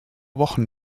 wochen